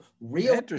real